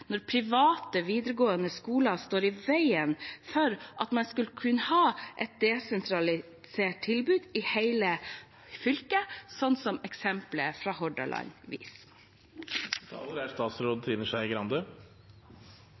når private videregående skoler står i veien for at man skal kunne ha et desentralisert tilbud i hele fylket, sånn som eksempelet fra Hordaland viser? Jeg har bare lyst til å gjenta tallene: I grunnskolen er